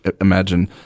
imagine